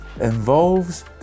involves